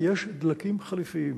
כי יש דלקים חלופיים.